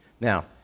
Now